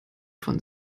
von